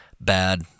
bad